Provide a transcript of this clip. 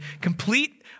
complete